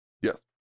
Yes